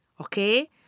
okay